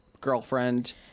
girlfriend